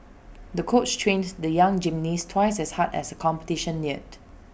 the coach trained the young gymnast twice as hard as competition neared